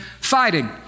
fighting